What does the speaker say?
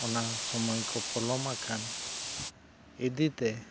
ᱚᱱᱟ ᱥᱚᱢᱚᱭ ᱠᱚ ᱯᱚᱞᱚᱢ ᱟᱠᱟᱱ ᱤᱫᱤᱛᱮ